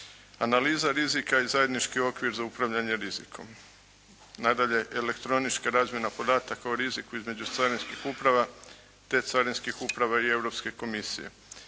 analiza rizika i zajednički okvir za upravljanje rizikom, nadalje elektronička razmjena podataka o riziku između carinskih uprava te carinskih uprava i Europske komisije.